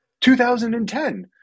2010